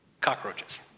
cockroaches